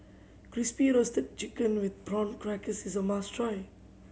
Crispy Roasted Chicken with Prawn Crackers is a must try